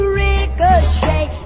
ricochet